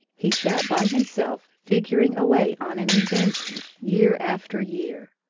he sat by himself figuring away on an invention, year after year.